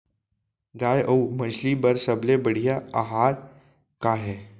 गाय अऊ मछली बर सबले बढ़िया आहार का हे?